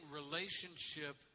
relationship